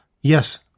yes